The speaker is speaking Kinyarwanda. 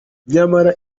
nyamara